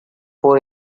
for